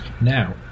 Now